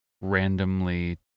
randomly